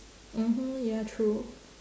mmhmm ya true